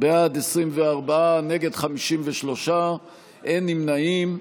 בעד, 24, נגד, 53, אין נמנעים.